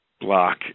block